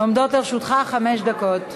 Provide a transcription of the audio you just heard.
עומדות לרשותך חמש דקות.